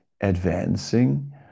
advancing